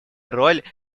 роль